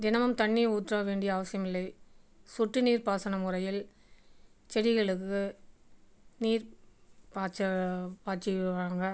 தினமும் தண்ணி ஊற்ற வேண்டிய அவசியமில்லை சொட்டுநீர் பாசன முறையில் செடிகளுக்கு நீர் பாய்ச்ச பாய்ச்சுவாங்க